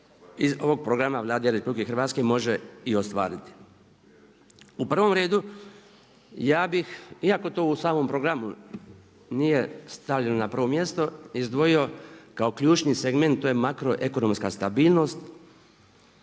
iz ovog programa Vlade Republike Hrvatske može i ostvariti. U prvom redu ja bih iako to u samom programu nije stavljeno na prvo mjesto izdvojio kao ključni segment to je makroekonomska stabilnost,